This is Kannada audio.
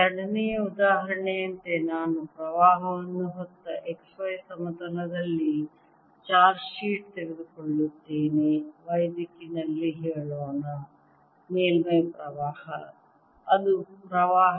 ಎರಡನೆಯ ಉದಾಹರಣೆಯಂತೆ ನಾನು ಪ್ರವಾಹವನ್ನು ಹೊತ್ತ xy ಸಮತಲದಲ್ಲಿ ಚಾರ್ಜ್ ಶೀಟ್ ತೆಗೆದುಕೊಳ್ಳುತ್ತೇನೆ y ದಿಕ್ಕಿನಲ್ಲಿ ಹೇಳೋಣ ಮೇಲ್ಮೈ ಪ್ರವಾಹ